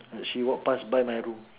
she walk past by my room